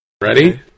Ready